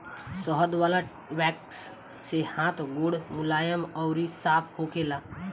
शहद वाला वैक्स से हाथ गोड़ मुलायम अउरी साफ़ होखेला